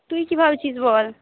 তুই কী ভাবছিস বল